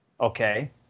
Okay